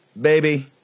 baby